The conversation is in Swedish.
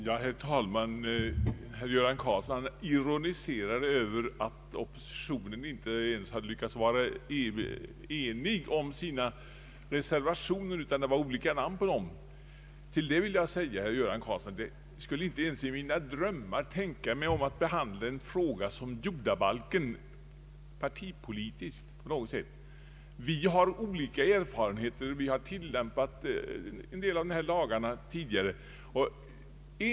Herr talman! Herr Göran Karlsson ironiserade över att oppositionen inte ens hade lyckats bli enig om sina reservationer utan att det var olika namn under dem, Till det vill jag säga att jag inte ens i mina drömmar skulle tänka mig att behandla en fråga som jordabalken partipolitiskt på något sätt. Vi har olika erfarenheter av den tidigare tillämpningen av en del av dessa lagar.